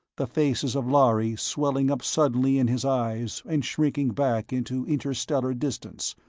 the faces of lhari swelling up suddenly in his eyes and shrinking back into interstellar distance,